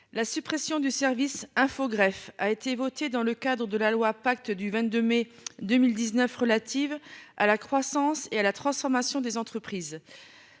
La suppression du service Info grève a été votée dans le cadre de la loi pacte du 22 mai 2019 relatives à la croissance et à la transformation des entreprises.